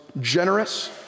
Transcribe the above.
generous